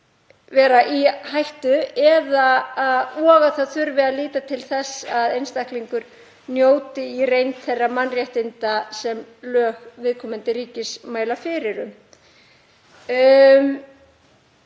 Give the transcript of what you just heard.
vera í hættu og líta þurfi til þess að einstaklingur njóti í reynd þeirra mannréttinda sem lög viðkomandi ríkis mæla fyrir um.